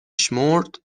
شمرد